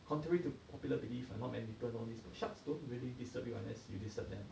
contrary to popular belief ah not many people know this but sharks don't really disturb you unless you disturb them ah